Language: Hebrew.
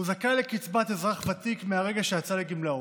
הוא זכאי לקצבת אזרח ותיק מהרגע שיצא לגמלאות.